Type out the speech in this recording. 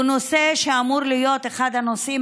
הוא נושא שאמור להיות אחד הנושאים